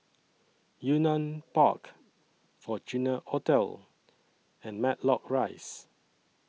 Yunnan Park Fortuna Hotel and Matlock Rise